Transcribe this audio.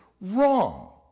wrong